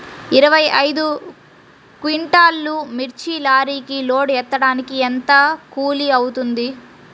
ఇరవై ఐదు క్వింటాల్లు మిర్చి లారీకి లోడ్ ఎత్తడానికి ఎంత కూలి అవుతుంది?